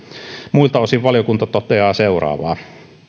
muilta osin valiokunta toteaa seuraavaa